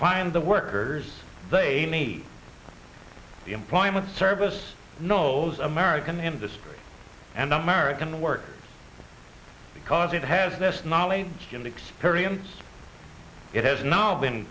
find the workers they need the employment service knows american industry and american workers because it has this knowledge and experience it has now been